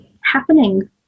happening